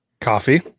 Coffee